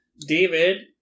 David